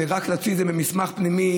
ורק להוציא את זה במסמך פנימי,